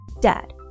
Dad